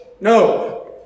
No